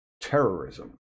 terrorism